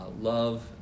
love